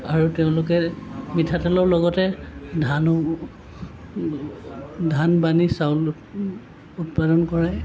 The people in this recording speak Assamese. আৰু তেওঁলোকে মিঠাতেলৰ লগতে ধানো ধান বানি চাউল উৎপাদন কৰে